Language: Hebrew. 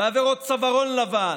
בעבירות צווארון לבן,